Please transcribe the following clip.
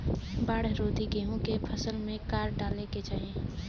बाढ़ रोधी गेहूँ के फसल में का डाले के चाही?